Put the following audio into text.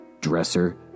dresser